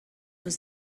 was